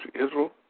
Israel